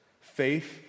Faith